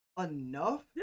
enough